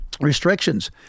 restrictions